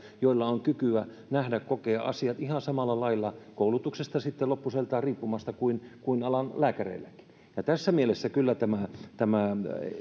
jolla on kykyä nähdä ja kokea asiat ihan samalla lailla sitten loppuseltaan koulutuksesta riippumatta kuin kuin alan lääkäreilläkin ja tässä mielessä kyllä